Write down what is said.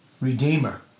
redeemer